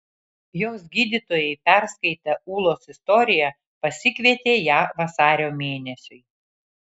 jos gydytojai perskaitę ūlos istoriją pasikvietė ją vasario mėnesiui